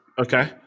Okay